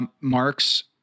Marks